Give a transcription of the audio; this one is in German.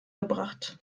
gebracht